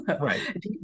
Right